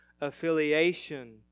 affiliation